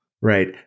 Right